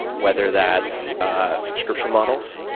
whether that's subscription models,